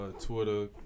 Twitter